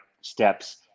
steps